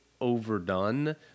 overdone